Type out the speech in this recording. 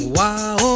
Wow